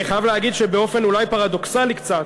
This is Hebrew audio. אני חייב להגיד שבאופן אולי פרדוקסלי קצת,